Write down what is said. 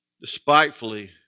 despitefully